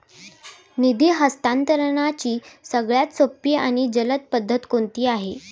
निधी हस्तांतरणाची सगळ्यात सोपी आणि जलद पद्धत कोणती आहे?